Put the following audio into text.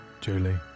Julie